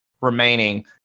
remaining